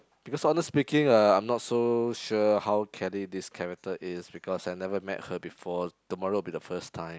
because honest speaking uh I'm not so sure how Kelly this character is because I never met her before tomorrow will be the first time